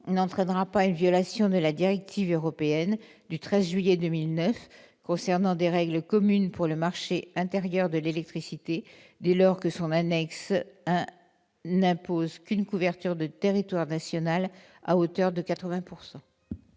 n'entraînera pas une violation de la directive européenne du 13 juillet 2009 concernant des règles communes pour le marché intérieur de l'électricité, dès lors que son annexe I n'impose qu'une couverture du territoire national à hauteur de 80 %.